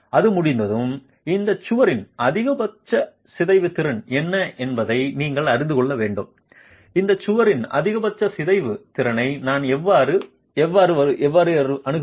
அது முடிந்ததும் இந்த சுவரின் அதிகபட்ச சிதைவு திறன் என்ன என்பதை நீங்கள் அறிந்து கொள்ள வேண்டும் இந்த சுவரின் அதிகபட்ச சிதைவு திறனை நான் எவ்வாறு வருவது